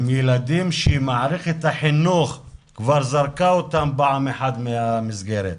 הם ילדים שמערכת החינוך כבר זרקה אותם פעם אחת מהמסגרת.